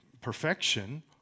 perfection